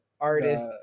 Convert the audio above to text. artist